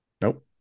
Nope